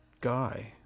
guy